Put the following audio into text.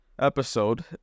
episode